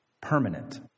permanent